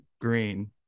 green